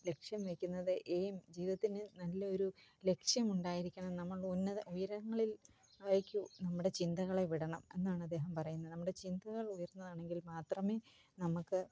ലക്ഷ്യം വയ്ക്കുന്നത് എയിം ജീവിതത്തിന് നല്ലയൊരു ലക്ഷ്യം ഉണ്ടായിരിക്കണം നമ്മൾ ഉന്നത ഉയരങ്ങളിൽ അയക്കു നമ്മടെ ചിന്തകളെ വിടണം എന്നാണ് അദ്ദേഹം പറയുന്നത് നമ്മുടെ ചിന്തകൾ ഉയർന്നതാണെങ്കിൽ മാത്രമെ നമുക്ക്